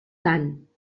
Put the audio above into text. tant